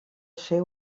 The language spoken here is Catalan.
ser